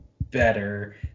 better